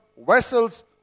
vessels